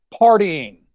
partying